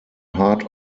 heart